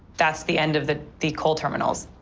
that's the end of the the coal terminals.